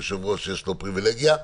ליושב-ראש יש פריבילגיה.